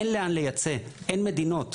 אין לאן לייצא, אין מדינות.